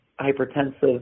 hypertensive